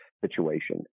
situation